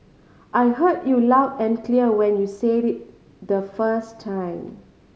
I heard you loud and clear when you said it the first time